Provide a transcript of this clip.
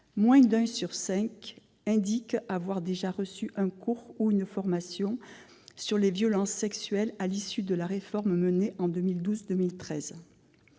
moins d'un sur cinq indique avoir déjà reçu un cours ou une formation sur ce sujet, à l'issue de la réforme menée en 2012-2013.